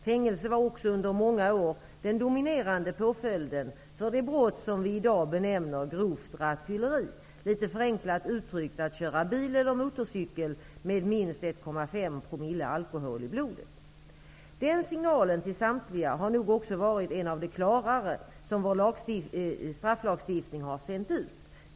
Fängelse var också under många år den dominerande påföljden för det brott som vi i dag benämner grovt rattfylleri, lite förenklat uttryckt, att köra bil eller motorcykel med minst 1,5 promille alkohol i blodet. Den signalen till samtliga har nog också varit en av de klarare som vår strafflagstiftning har sänt ut.